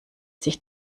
sich